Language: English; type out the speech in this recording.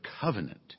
covenant